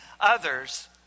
others